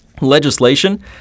legislation